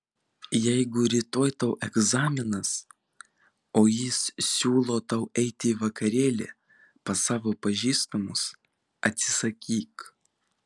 jeigu rytoj tau egzaminas o jis siūlo tau eiti į vakarėlį pas savo pažįstamus atsisakyk